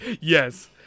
Yes